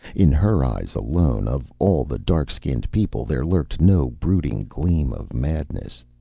in her eyes alone of all the dark-skinned people there lurked no brooding gleam of madness.